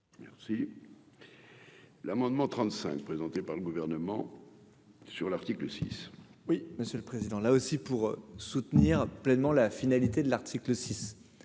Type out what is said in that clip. Merci l'amendement 35 présenté par le gouvernement sur l'article 6. Oui, monsieur le président, là aussi pour soutenir pleinement la finalité de l'article 6